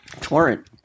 Torrent